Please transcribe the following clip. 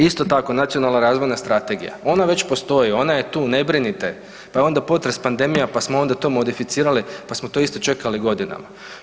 Isto tako nacionalna razvojna strategije, ona već postoji, ona je tu, ne brinite, pa je onda potres, pandemija, pa smo onda to modificirali pa smo to isto čekali godinama.